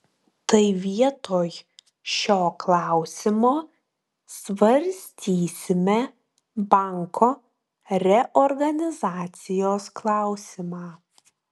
tai vietoj šio klausimo svarstysime banko reorganizacijos klausimą